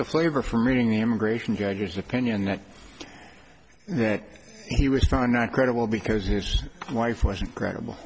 the flavor from reading the immigration judges opinion that that he was trying not credible because his wife wasn't credible